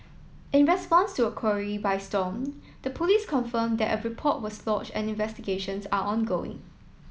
in response to a query by Stomp the police confirmed that a report was lodge and investigations are ongoing